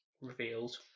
revealed